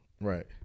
Right